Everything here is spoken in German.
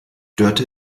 dörte